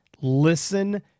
Listen